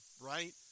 right